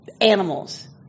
animals